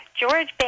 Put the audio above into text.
George